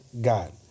God